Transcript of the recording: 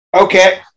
Okay